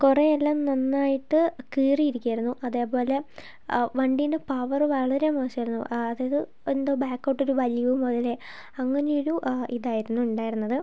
കുറെയെല്ലാം നന്നായിട്ട് കീറിയിരിക്കുകയായിരുന്നു അതേപോലെ വണ്ടീൻ്റെ പവറ് വളരെ മോശമായിരുന്നു അതായത് എന്തോ ബാക്കോട്ട് ഒരു വലിവ് പോലെ അങ്ങനെയൊരു ഇതായിരുന്നു ഉണ്ടായിരുന്നത്